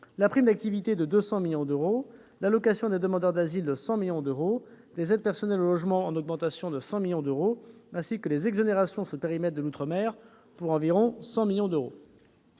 la prime d'activité- 200 millions d'euros -, pour l'allocation des demandeurs d'asile - 100 millions d'euros -, pour les aides personnelles au logement- 100 millions d'euros -, ainsi que pour les exonérations sur le périmètre de l'outre-mer, pour environ 100 millions d'euros.